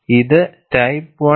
ഇത് ടൈപ്പ് 1